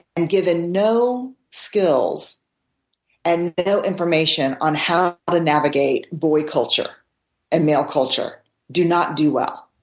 and given no skills and no information on how to navigate boy culture and male culture do not do well.